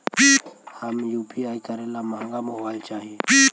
हम यु.पी.आई करे ला महंगा मोबाईल चाही?